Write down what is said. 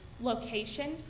location